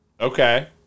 Okay